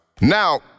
Now